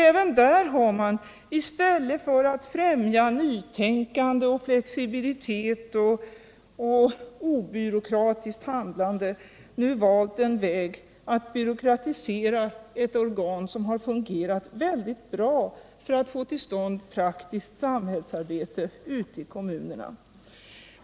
Även här har man, i stället för att främja nytänkande, flexibilitet och obyråkratiskt handlande, nu valt en väg för att byråkratisera ett organ som har fungerat bra för att få till stånd praktiskt samhällsarbete ute i kommunerna.